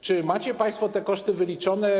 Czy macie państwo te koszty wyliczone?